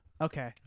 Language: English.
Okay